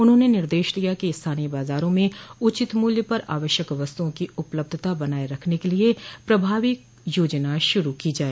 उन्होंने निर्देश दिया कि स्थानीय बाजारों में उचित मूल्य पर आवश्यक वस्तुओं की उपलब्धता बनाए रखने के लिए प्रभावो योजना शुरू की जाए